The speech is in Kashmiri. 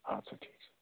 اَدٕ سا ٹھیٖک چھُ